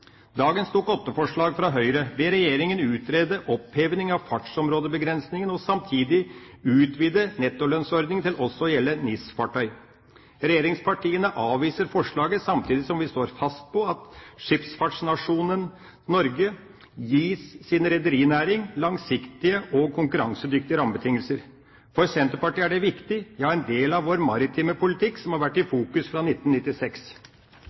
Dagens Dokument 8-forslag fra Høyre ber regjeringa utrede oppheving av fartsområdebegrensningene og samtidig utvide nettolønnsordninga til også å gjelde NIS-fartøy. Regjeringspartiene avviser forslaget samtidig som vi står fast på at skipsfartsnasjonen Norge gir sin rederinæring langsiktige og konkurransedyktige rammebetingelser. For Senterpartiet er det viktig, ja en del av vår maritime politikk som har vært i fokus fra 1996.